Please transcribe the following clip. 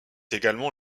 également